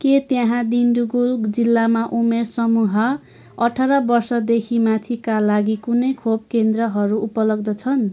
के त्यहाँ डिन्डिगुल जिल्लामा उमेर समूह अठार वर्षदेखि माथिका लागि कुनै खोप केन्द्रहरू उपलब्ध छन्